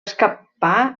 escapar